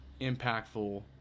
impactful